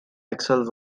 axel